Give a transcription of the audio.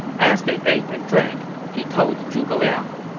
as they ate and drank he told zhuge liang,